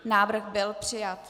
Návrh byl přijat.